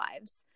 lives